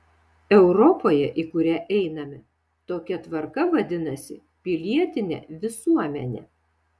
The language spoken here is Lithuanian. europoje į kurią einame tokia tvarka vadinasi pilietine visuomene